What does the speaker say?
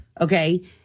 Okay